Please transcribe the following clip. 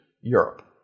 Europe